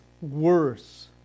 worse